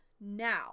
now